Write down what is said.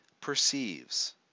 perceives